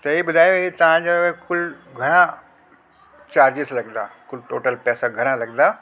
त इहे ॿुधायो इहे तव्हांजे कुल घणा चार्जिस लॻंदा कुल टोटल पैसा घणा लॻंदा